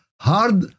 hard